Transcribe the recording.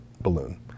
balloon